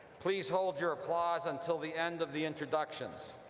please hold your applause until the end of the introductions.